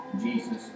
Jesus